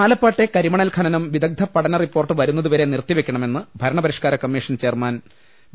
ആലപ്പാട്ടെ കരിമണൽ ഖനനം വിദഗ്ദ്ധ പഠന റിപ്പോർട്ട് വരു ന്നതുവരെ നിർത്തിവെക്കണമെന്ന് ഭരണപരിഷ്ക്കാര കമ്മീഷൻ ചെയർമാൻ വി